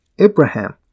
Abraham